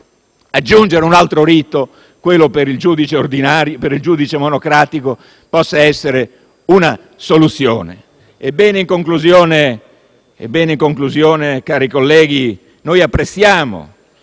aggiungere un altro rito, quello per il giudice monocratico, possa essere una soluzione? In conclusione, colleghi, noi apprezziamo